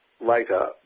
later